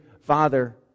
Father